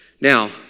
Now